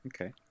Okay